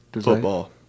Football